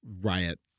Riot